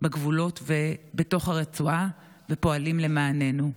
בגבולות ובתוך הרצועה ופועלים למעננו.